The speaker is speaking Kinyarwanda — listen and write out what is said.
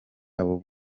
abo